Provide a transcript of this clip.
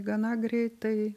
gana greitai